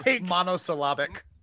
Monosyllabic